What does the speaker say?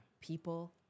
people